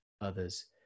others